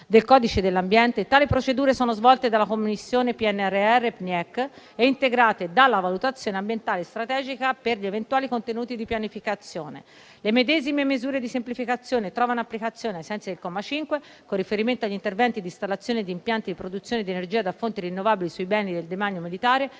del codice dell'ambiente, tali procedure sono svolte dalla commissione PNRR-PNIEC e integrate dalla valutazione ambientale strategica per gli eventuali contenuti di pianificazione. Le medesime misure di semplificazione trovano applicazione, ai sensi del comma 5, con riferimento agli interventi di installazione di impianti di produzione di energia da fonti rinnovabili sui beni del demanio militare